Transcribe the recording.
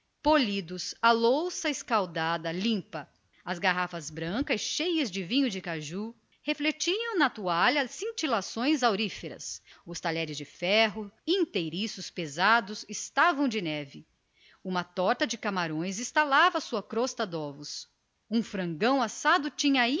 onde a louça reluzia escaldada de fresco as garrafas brancas cheias de vinho de caju espalhavam em torno de si reflexos de ouro uma torta de camarões estalava sua crosta de ovos um frangão assado tinha